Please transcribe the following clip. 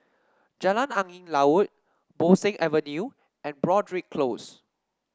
Jalan Angin Laut Bo Seng Avenue and Broadrick Close